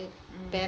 mm